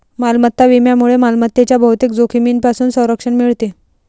मालमत्ता विम्यामुळे मालमत्तेच्या बहुतेक जोखमींपासून संरक्षण मिळते